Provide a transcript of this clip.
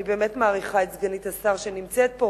אני באמת מעריכה את סגנית השר שנמצאת פה